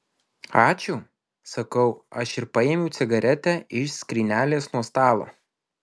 ačiū sakau aš ir paėmiau cigaretę iš skrynelės nuo stalo